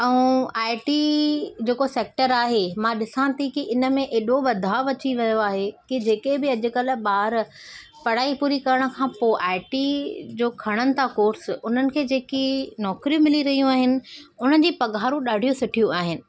ऐं I T जेको sector आहे मां ॾिसां थी की इन में एॾो वधाव अची वियो आहे की जेके बि अॼुकल्ह ॿार पढ़ाई पूरी करण खां पोइ आई टी जो खणनि था कोर्स हुननि खे जेकी नौकरियूं मिली रहियूं आहिनि हुन जी पघारूं ॾाढियूं सुठियूं आहिनि